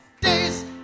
days